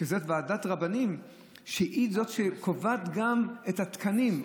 שזה ועדת רבנים שהיא זאת שקובעת גם את התקנים.